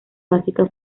básica